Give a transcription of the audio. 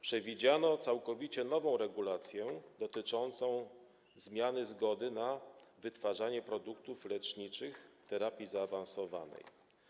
Przewidziano całkowicie nową regulację dotyczącą zmiany zgody na wytwarzanie produktów leczniczych terapii zaawansowanej.